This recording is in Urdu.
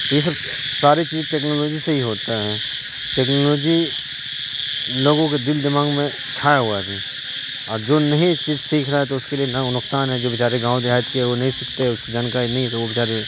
یہ سب ساری چیز ٹیکنالوجی سے ہی ہوتا ہے ٹیکنالوجی لوگوں کے دل دماغ میں چھایا ہوا ہے ابھی اور جو نہیں چیز سیکھ رہا ہے تو اس کے لیے نقصان ہے جو بیچارے گاؤں دیہات کے ہیں وہ نہیں سیکھتے ہیں اس کی جانکاری نہیں تو وہ بیچارے